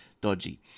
dodgy